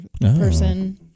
person